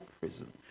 prison